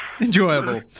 Enjoyable